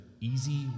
easy